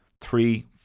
three